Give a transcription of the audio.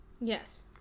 Yes